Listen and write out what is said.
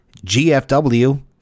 GFW